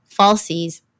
falsies